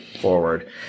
forward